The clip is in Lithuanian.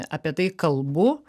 apie tai kalbu